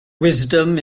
wisdom